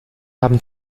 haben